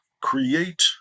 create